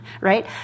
right